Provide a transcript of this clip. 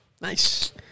Nice